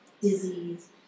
disease